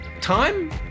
time